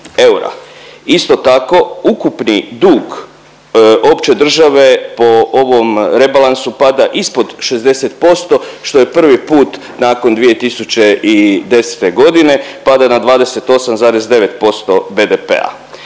Isto tako, ukupni dug opće države po ovom rebalansu pada ispod 60% što je prvi put nakon 2010. godine pada na 28,9% BDP-a.